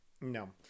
No